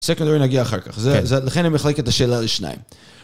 "סקנדרי" נגיע אחר כך, לכן אני מחליק את השאלה לשניים.